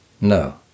no